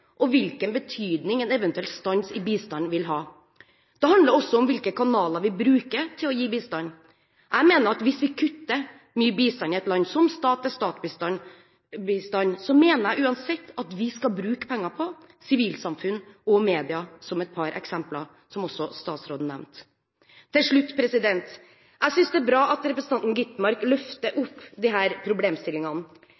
og hvilken betydning en eventuell stans i bistand vil ha. Det handler også om hvilke kanaler vi bruker til å gi bistand. Jeg mener at hvis vi kutter mye i bistanden til et land, som stat-til-stat-bistand, mener jeg uansett at vi skal bruke penger på sivilsamfunnet og medier – et par eksempler som også statsråden nevnte. Til slutt: Jeg synes det er bra at representanten Skovholt Gitmark løfter